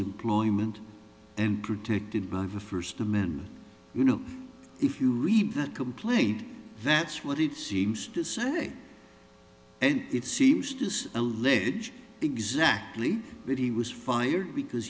employment and protected by the first amendment you know if you read the complaint that's what it seems to say and it seems to use a little exactly that he was fired because